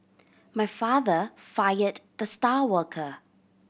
my father fired the star worker